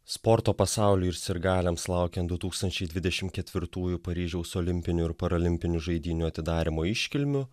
sporto pasauliui ir sirgaliams laukiant du tūkstančiai dvidešimt ketvirtųjų paryžiaus olimpinių ir paralimpinių žaidynių atidarymo iškilmių